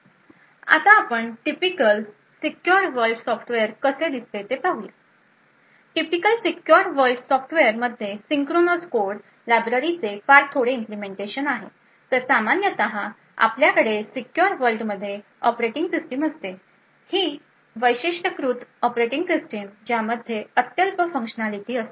आता आपण typical secure world software कसे दिसते हे पाहूया टिपिकल सीक्युर वर्ल्ड सॉफ्टवेअर मध्ये सिंक्रोनस कोड लायब्ररीचे फार थोडे इम्पलेमेंटेशन आहेत तर सामान्यत आपल्याकडे सीक्युर वर्ल्डमध्ये ऑपरेटिंग सिस्टम असते ही वैशिष्ट्यीकृत ऑपरेटिंग सिस्टम ज्यामध्ये अत्यल्प फंक्शनालिटी असतात